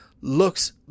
looks